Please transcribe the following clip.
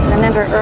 Remember